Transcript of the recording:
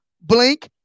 Blink